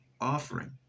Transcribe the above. offering